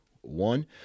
one